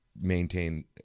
maintain